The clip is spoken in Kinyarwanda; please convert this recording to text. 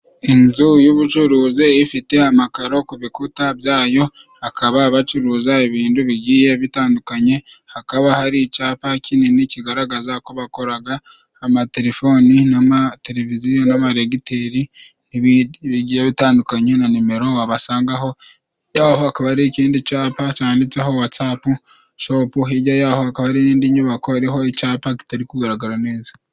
Inzu y'ubucuruzi ifite amakaro ku bikuta byayo hakaba abacuruza ibintu bigiye bitandukanye, hakaba hari icapa kinini kigaragaza ko bakoraga amatelefoni n'amateleviziyo n'amaregiteri, bigiye bitandukanye na nimero wabasangaho ari ikindi cyapa cyanditseho whatsappshop hirya, yaho hakaba hari iyindi nyubako iriho icapa kitari kugaragara neza.